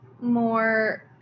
more